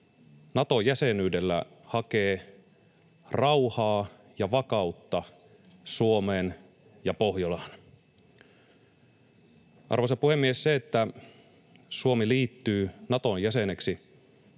Nato-jäsenyydellä hakee rauhaa ja vakautta Suomeen ja Pohjolaan. Arvoisa puhemies! Se, että Suomi liittyy Naton jäseneksi,